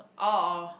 oh oh